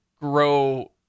grow